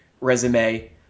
resume